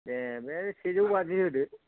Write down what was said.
दे बे सेजौ बाजि होदो